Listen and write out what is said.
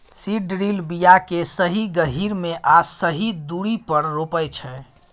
seed drill बीया केँ सही गहीर मे आ सही दुरी पर रोपय छै